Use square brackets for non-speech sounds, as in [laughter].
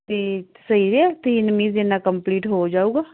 ਅਤੇ ਸਹੀ ਹੈ [unintelligible] ਮੀਨਜ਼ ਇੰਨਾ ਕੰਪਲੀਟ ਹੋ ਜਾਊਗਾ